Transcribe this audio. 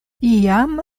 iam